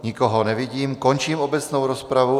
Nikoho nevidím, končím obecnou rozpravu.